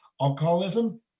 alcoholism